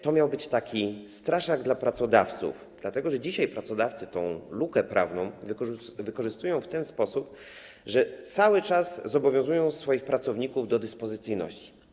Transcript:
To miał być straszak dla pracodawców, dlatego że dzisiaj pracodawcy tę lukę prawną wykorzystują w ten sposób, że cały czas zobowiązują swoich pracowników do dyspozycyjności.